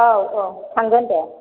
औ औ थांगोन दे